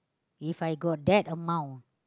If I got that amount